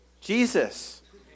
jesus